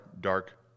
dark